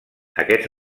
aquests